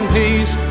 peace